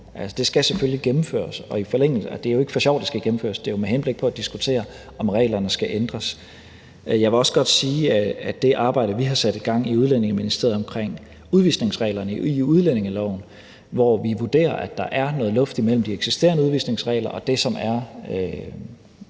Det skal selvfølgelig gennemføres, og det er jo ikke for sjov, det skal gennemføres; det er med henblik på at diskutere, om reglerne skal ændres. Jeg vil også godt sige, at i forhold til det arbejde, vi har sat i gang i Udlændinge- og Integrationsministeriet, om udvisningsreglerne i udlændingeloven, hvor vi vurderer, at der er noget luft imellem de eksisterende udvisningsregler og det, som er